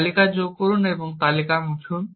তালিকা যোগ করুন এবং তালিকা মুছুন